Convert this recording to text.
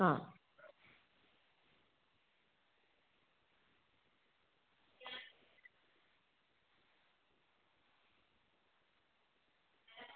હા